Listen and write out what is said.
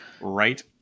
Right